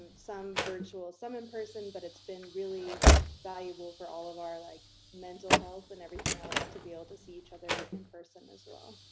um some virtual, some in-person but it's been really valuable for all of our like mental health and everything else to be able to see each other in-person as well.